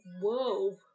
whoa